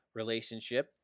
relationship